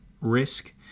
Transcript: risk